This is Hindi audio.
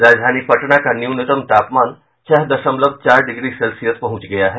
राजधानी पटना का न्यूनतम तापमान छह दशमलव चार डिग्री सेल्सियस पहुंच गया है